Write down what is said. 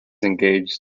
engaged